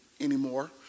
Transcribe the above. anymore